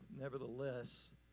Nevertheless